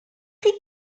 chi